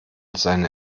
seine